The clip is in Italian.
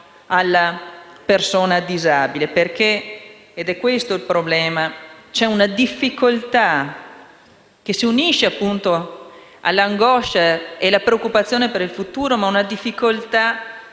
alla persona disabile. È questo il problema; c'è una difficoltà che si unisce all'angoscia e alla preoccupazione per il futuro. Una difficoltà